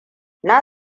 na